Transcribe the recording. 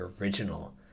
original